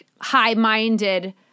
high-minded